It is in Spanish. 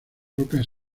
rocas